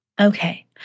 Okay